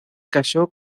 casó